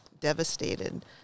devastated